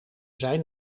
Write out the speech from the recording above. zijn